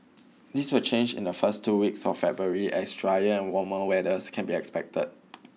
this will change in the first two weeks of February as drier and warmer weathers can be expected